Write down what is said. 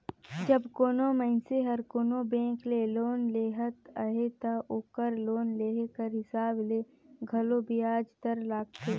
जब कोनो मइनसे हर कोनो बेंक ले लोन लेहत अहे ता ओकर लोन लेहे कर हिसाब ले घलो बियाज दर लगथे